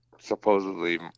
supposedly